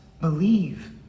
believe